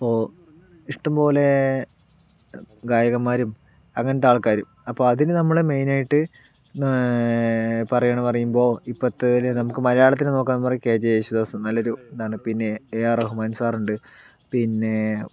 ഇപ്പോൾ ഇഷ്ടം പോലെ ഗായകന്മാരും അങ്ങനത്തെ ആൾക്കാരും അപ്പോൾ അതിനു നമ്മൾ മെയിനായിട്ട് പറയുകയാണെന്നു പറയുമ്പോൾ ഇപ്പോഴത്തേതിൽ നമുക്ക് മലയാളത്തിൽ നോക്കുകയാണെന്നു പറയുമ്പോൾ കെ ജെ യേശുദാസ് നല്ലൊരിതാണ് പിന്നേ എ ആർ റഹ്മാൻ സാറുണ്ട് പിന്നേ